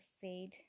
fade